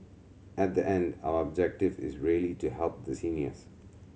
at the end our objective is really to help the seniors